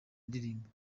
indirimbo